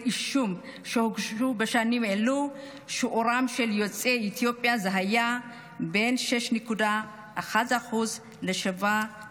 אישום שהוגשו בשנים אלו שיעורם של יוצאי אתיופיה היה בין 6.1% ל-7.2%.